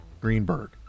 Greenberg